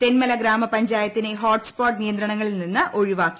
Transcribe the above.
തെന്മല ഗ്രാമ പഞ്ചായത്തിനെ ഹോട്ട്സ്പോട്ട് നിയന്ത്രണങ്ങളിൽനിന്ന് ഒഴിവാക്കി